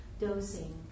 Dosing